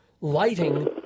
lighting